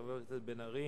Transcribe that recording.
חבר הכנסת בן-ארי: